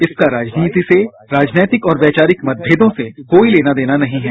इसका राजनीति से राजनैतिक और वैचारिक मतभेदों से कोई लेना देना नहीं है